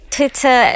Twitter